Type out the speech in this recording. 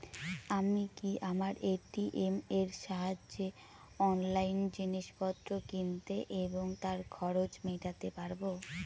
আমি কি আমার এ.টি.এম এর সাহায্যে অনলাইন জিনিসপত্র কিনতে এবং তার খরচ মেটাতে পারব?